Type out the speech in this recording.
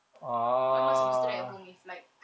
what am I supposed to do at home if like